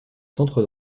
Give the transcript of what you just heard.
centre